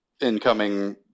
incoming